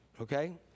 okay